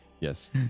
Yes